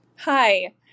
Hi